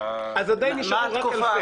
אז עדיין נשארו רק אלפי?